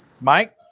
Mike